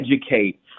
educate